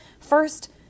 First